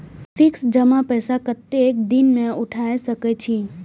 Fix जमा पैसा कतेक दिन में उठाई सके छी?